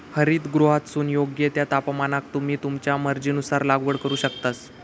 हरितगृहातसून योग्य त्या तापमानाक तुम्ही तुमच्या मर्जीनुसार लागवड करू शकतास